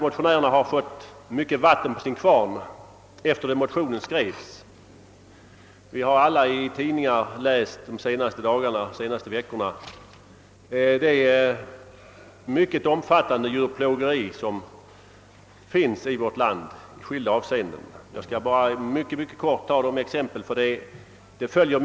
Motionärerna har fått mycket vatten på sin kvarn efter det att vår motion skrevs. Vi har alla läst i tidningarna de senaste veckorna om det mycket omfattande djurplågeri som förekommer i vårt land. Jag skall bara mycket kortfattat anföra några exempel.